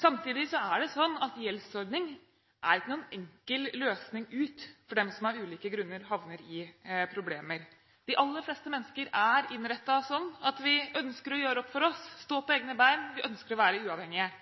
Samtidig er det slik at gjeldsordning ikke er noen enkel løsning ut for dem som av ulike grunner havner i problemer. De aller fleste mennesker er innrettet slik at vi ønsker å gjøre opp for oss, stå på egne ben, vi ønsker å være uavhengige.